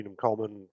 Common